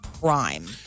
Prime